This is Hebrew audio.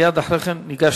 מייד אחרי כן ניגש